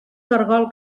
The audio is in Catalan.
caragol